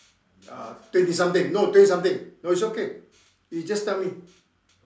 uh twenty something no twenty something no it's okay you just tell me